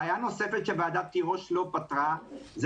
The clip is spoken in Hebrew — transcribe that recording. בעיה נוספת שוועדת תירוש לא פתרה זה